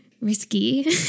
risky